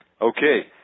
Okay